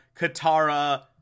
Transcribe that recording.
Katara